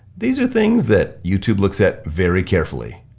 these are things that youtube looks at very carefully.